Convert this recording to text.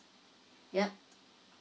yup